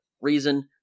reason